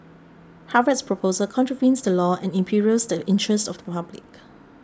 Harvard's proposal contravenes the law and imperils the interest of the public